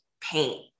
paint